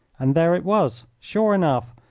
and there it was, sure enough,